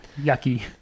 yucky